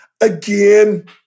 again